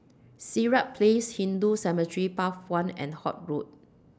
Sirat Place Hindu Cemetery Path one and Holt Road